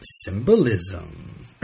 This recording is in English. symbolism